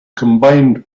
combined